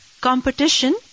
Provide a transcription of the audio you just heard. Competition